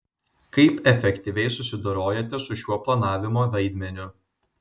kaip efektyviai susidorojote su šiuo planavimo vaidmeniu